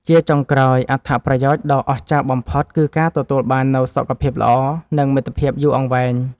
ជាចុងក្រោយ អត្ថប្រយោជន៍ដ៏អស្ចារ្យបំផុត គឺការទទួលបាននូវ សុខភាពល្អ និងមិត្តភាពយូរអង្វែង។